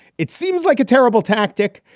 it seems like a terrible tactic,